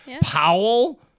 Powell